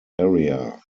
area